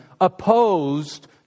opposed